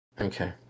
Okay